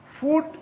food